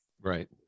Right